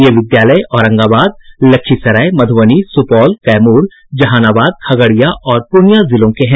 ये विद्यालय औरंगाबाद लखीसराय मधुबनी सुपौल कैमूर जहानाबाद खगड़िया और पूर्णियां जिलों के हैं